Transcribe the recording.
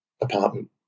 apartment